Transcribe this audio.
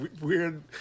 weird